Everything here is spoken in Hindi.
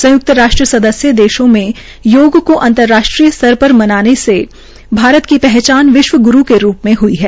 संयुक्त राष्ट्र सदस्य देशों में योग को अंतर्राष्ट्रीय स्तर पर मनाने से भारत की पहचान विश्व ग्रू के रूप् में हई है